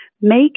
Make